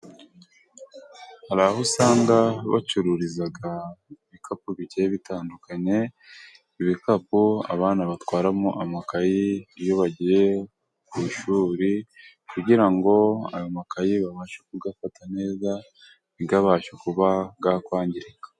Hari aho usanga bacururiza ibikapu bigiye bitandukanye, ibikapu abana batwaramo amakayi iyo bagiye ku ishuri, kugira ngo ayo makayi babashe kuyafata neza, ntabashe kuba yakwangirika.